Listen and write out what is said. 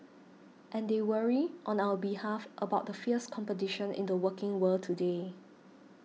and they worry on our behalf about the fierce competition in the working world today